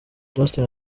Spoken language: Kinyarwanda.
justin